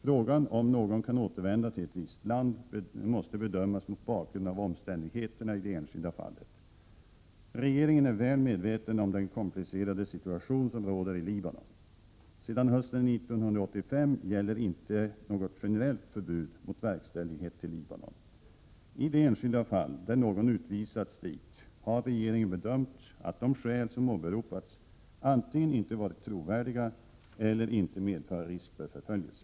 Frågan om någon kan återvända till ett ja [ visst land måste bedömas mot bakgrund av omständigheterna i det enskilda rörande statslösa fallet. Regeringen är väl medveten om den komplicerade situation som råder = P alestinier i Libanon. Sedan hösten 1985 gäller inte något generellt förbud mot verkställighet till Libanon. I de enskilda fall där någon utvisats dit har regeringen bedömt att de skäl som åberopats antingen inte varit trovärdiga eller inte medfört risk för förföljelse.